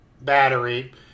battery